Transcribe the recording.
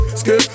skip